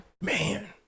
Man